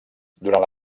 durant